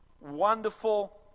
wonderful